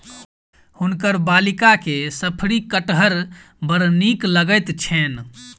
हुनकर बालिका के शफरी कटहर बड़ नीक लगैत छैन